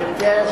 בבקשה.